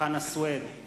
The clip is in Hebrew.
חנא סוייד,